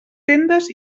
tendes